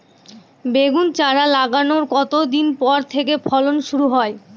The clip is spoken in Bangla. বেগুন চারা লাগানোর কতদিন পর থেকে ফলন শুরু হয়?